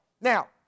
Now